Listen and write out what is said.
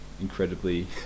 incredibly